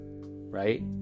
right